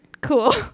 Cool